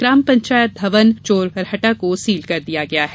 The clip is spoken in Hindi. ग्राम पंचायत धवन चोरबरहटा को सील कर दिया गया है